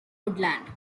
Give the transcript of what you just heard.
woodland